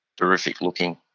terrific-looking